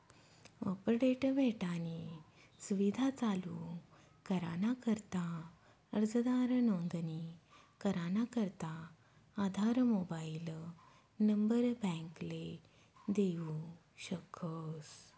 update भेटानी सुविधा चालू कराना करता अर्जदार नोंदणी कराना करता आधार मोबाईल नंबर बॅकले देऊ शकस